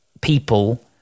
people